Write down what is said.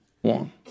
one